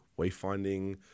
wayfinding